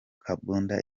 bakunda